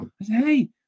hey